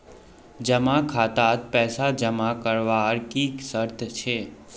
जमा खातात पैसा जमा करवार की शर्त छे?